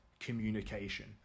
communication